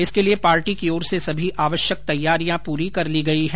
इसके लिए पार्टी की ओर से सभी आवश्यक तैयारियां पूरी कर ली गई हैं